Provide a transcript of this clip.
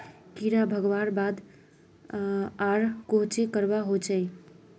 कीड़ा भगवार बाद आर कोहचे करवा होचए?